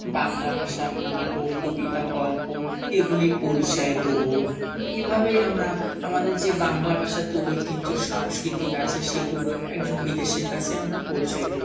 বাংলা ভাষার নাটক কবিতা গল্প এগুলি পরিচয় দেবো এভাবেই আমরা আমাদের যে বাংলা ভাষাতে ঐতিহ্য সাংস্কৃতিক আছে সেগুলো একজন বিদেশির কাছে আমরা পরিচয় করি